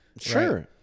Sure